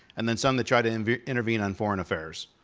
and then some that try to and intervene on foreign affairs.